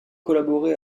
collaboré